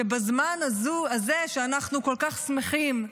בזמן הזה שאנחנו כל כך שמחים,